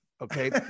okay